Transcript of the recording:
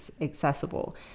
accessible